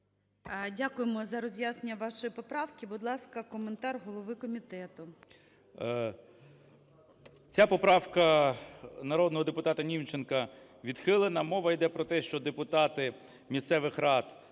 Дякуємо за роз'яснення вашої поправки. Будь ласка, коментар голови комітету.